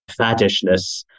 faddishness